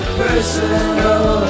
personal